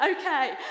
Okay